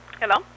Hello